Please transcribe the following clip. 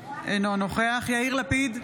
אינו נוכח יאיר לפיד,